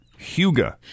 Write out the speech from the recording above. Huga